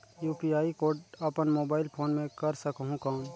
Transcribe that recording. UPI code अपन mobile phone मे कर सकहुं कौन?